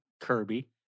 Kirby